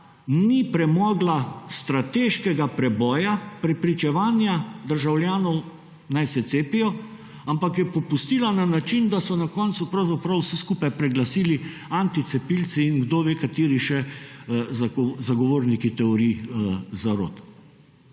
ni premogla strateškega preboja, prepričevanja državljanov naj se cepijo, ampak je popustila na način, da so na koncu pravzaprav vse skupaj preglasili anticepilci in kdove kateri še zagovorniki teorij zarot.